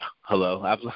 Hello